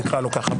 נקרא לו כך,